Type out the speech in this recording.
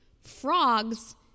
frogs